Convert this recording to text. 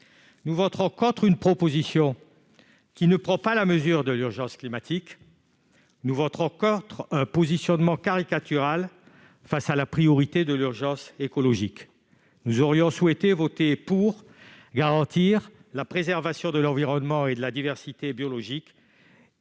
Nous voterons contre une proposition qui ne prend pas la mesure de l'urgence climatique. Nous voterons contre un positionnement caricatural face à la priorité de l'urgence écologique. En revanche, nous aurions souhaité voter pour garantir la préservation de l'environnement et de la diversité biologique,